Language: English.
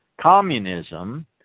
Communism